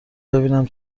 ببینم